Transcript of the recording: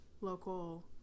local